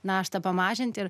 naštą pamažint ir